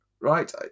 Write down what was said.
right